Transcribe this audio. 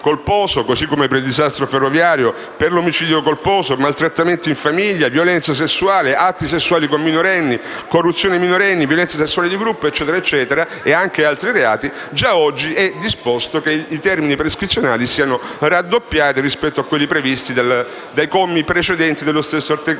così come per il disastro ferroviario, per l'omicidio colposo, maltrattamenti in famiglia, violenza sessuale, atti sessuali con minorenni, corruzione di minorenni, violenza sessuale di gruppo e anche altri reati, già oggi è disposto che i termini prescrizionali siano raddoppiati rispetto a quelli previsti dai commi precedenti dello stesso articolo